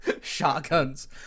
Shotguns